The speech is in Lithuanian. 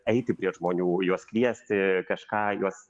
eiti prie žmonių juos kviesti kažką juos